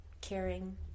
caring